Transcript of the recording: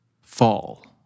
fall